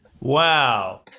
Wow